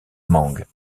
mangue